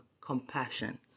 compassion